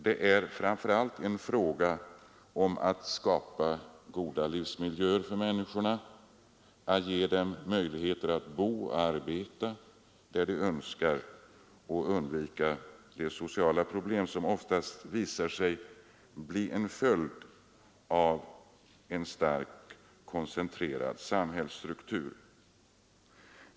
Det är framför allt en fråga om att skapa goda livsmiljöer för människorna, att ge dem möjligheter att bo och arbeta där de önskar och att undvika de sociala problem som ofta visat sig bli följden av en starkt koncentrerad samhällsstruktur.